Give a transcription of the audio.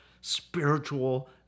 spiritual